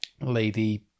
Lady